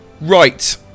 Right